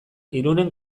irunen